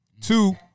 Two